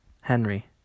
Henry